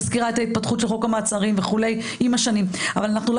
מזכירה את ההתפתחות של חוק המעצרים וכו' עם השנים אבל אנו לא